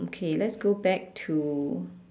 okay let's go back to